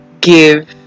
give